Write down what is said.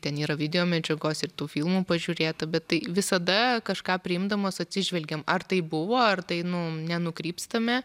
ten yra videomedžiagos ir tų filmų pažiūrėta bet tai visada kažką priimdamos atsižvelgiam ar tai buvo ar tai nu nenukrypstame